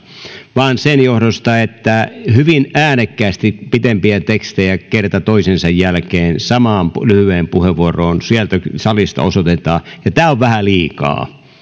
vaan sen johdosta että hyvin äänekkäästi pitempiä tekstejä kerta toisensa jälkeen samaan lyhyeen puheenvuoroon sieltä salista osoitetaan ja tämä on vähän liikaa